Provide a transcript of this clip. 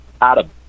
Adam